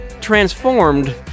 transformed